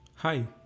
Hi